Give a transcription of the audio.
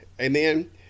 Amen